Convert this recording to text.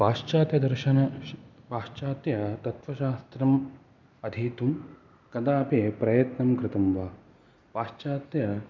पाश्चात्यदर्शन पाश्चात्यतत्वशास्त्रम् अधीतुं कदापि प्रयत्नं कृतं वा पाश्चात्य